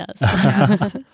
Yes